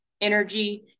energy